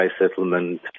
settlement